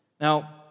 Now